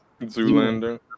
Zoolander